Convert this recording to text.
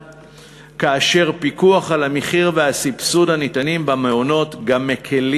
כאשר פיקוח על המחיר והסבסוד הניתנים במעונות גם מקלים